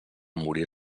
morir